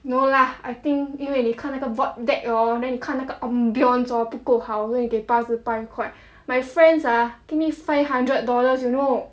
no lah I think 因为你看那个 void deck orh then 你看 the ambience orh 不够好所以你给八十八块 my friends ah give me five hundred dollars you know